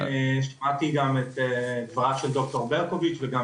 שמעתי גם את דבריו של ד"ר ברקוביץ וגם